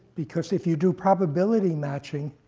because if you do probability matching,